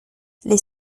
les